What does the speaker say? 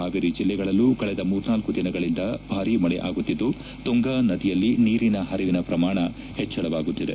ಪಾವೇರಿ ಜಿಲ್ಲೆಗಳಲ್ಲೂ ಕಳೆದ ಮೂರ್ನಾಲ್ಕು ದಿನಗಳಿಂದ ಭಾರಿ ಮಳೆ ಆಗುತ್ತಿದ್ದು ತುಂಗಾ ನದಿಯಲ್ಲಿ ನೀರಿನ ಪರಿವಿನ ಪ್ರಮಾಣ ಹೆಚ್ಚಳವಾಗುತ್ತಿದೆ